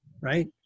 right